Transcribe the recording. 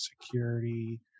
security